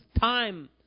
time